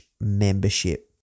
membership